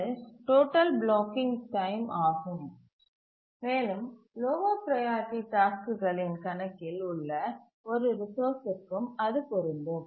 அது total blocking time ஆகும் மேலும் லோவர் ப்ரையாரிட்டி டாஸ்க்குகளின் கணக்கில் உள்ள ஒரு ரிசோர்ஸ்சிற்கும் அது பொருந்தும்